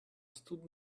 stood